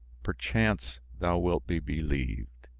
perchance thou wilt be believed,